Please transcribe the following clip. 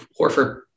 horford